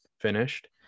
finished